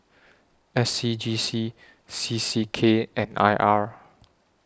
S C G C C C K and I R